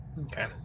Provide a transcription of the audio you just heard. Okay